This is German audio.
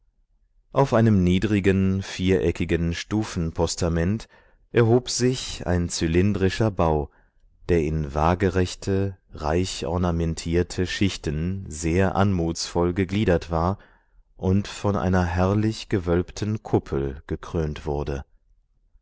auf einem niedrigen viereckigen stufenpostament erhob sich ein zylindrischer bau der in wagerechte reich ornamentierte schichten sehr anmutsvoll gegliedert war und von einer herrlich gewölbten kuppel gekrönt wurde